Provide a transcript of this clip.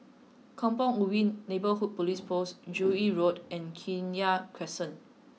Kampong Ubi Neighbourhood Police Post Joo Yee Road and Kenya Crescent